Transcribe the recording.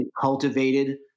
cultivated